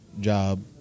job